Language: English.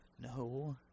No